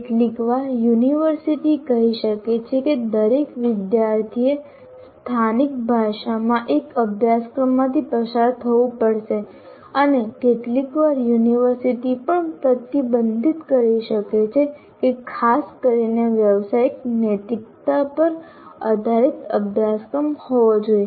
કેટલીકવાર યુનિવર્સિટી કહી શકે છે કે દરેક વિદ્યાર્થીએ સ્થાનિક ભાષામાં એક અભ્યાસક્રમમાંથી પસાર થવું પડશે અને કેટલીકવાર યુનિવર્સિટી પણ પ્રતિબંધિત કરી શકે છે કે ખાસ કરીને વ્યાવસાયિક નૈતિકતા પર આધારિત અભ્યાસક્રમ હોવો જોઈએ